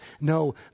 No